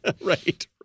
right